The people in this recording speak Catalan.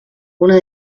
una